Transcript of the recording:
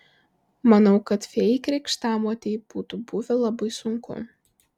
manau kad fėjai krikštamotei būtų buvę labai sunku